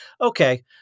okay